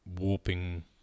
warping